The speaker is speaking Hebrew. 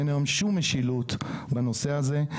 אין היום שום משילות בנושא הזה.